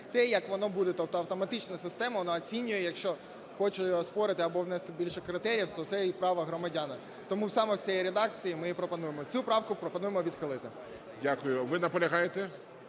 те, як воно буде, тобто автоматично система, вона оцінює, якщо хоче оспорити або внести більше критеріїв, то це є право громадянина. Тому саме в цій редакції ми і пропонуємо. Цю правку пропонуємо відхилити. ГОЛОВУЮЧИЙ. Дякую. Ви наполягаєте?